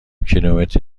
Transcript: کیلومتر